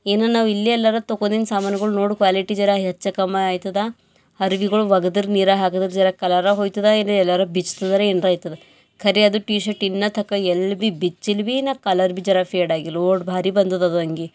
ಇನ್ನು ನಾವು ಇಲ್ಲೆ ಎಲ್ಲರ ತೊಗೊಂದಿನ್ ಸಾಮಾನುಗಳು ನೋಡು ಕ್ವಾಲಿಟಿ ಜರ ಹೆಚ್ಚು ಕಮ್ಮಿ ಆಯ್ತದ ಅರಿವಿಗಳು ಒಗೆದ್ರ ನೀರಾಗ ಹಾಕಿದ್ರ ಜರ ಕಲರ ಹೋಯ್ತದ ಇಲ್ಲಿ ಎಲ್ಲಾರು ಬಿಚ್ತದರ ಏನರ ಆಯ್ತದ ಖರೆ ಅದು ಟೀ ಶರ್ಟ್ ಇನ್ನು ಥಕ ಎಲ್ಲಿ ಬಿ ಬಿಚ್ಚಿಲ್ಲ ಬಿ ನಾ ಕಲರ್ ಬಿ ಜರ ಫೇಡಾಗಿಲ್ಲ ಓಡ್ ಭಾರಿ ಬಂದದ ಅದು ಅಂಗಿ